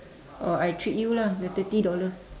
or I treat you lah the thirty dollar